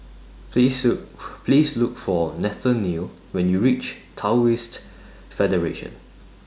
Please Look Please Look For Nathanael when YOU REACH Taoist Federation